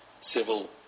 Civil